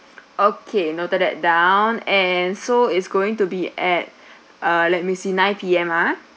okay noted that down and so is going to be at uh let me see nine P_M ah